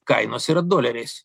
kainos yra doleriais